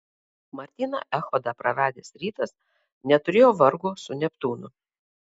martyną echodą praradęs rytas neturėjo vargo su neptūnu